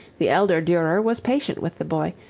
the elder durer was patient with the boy,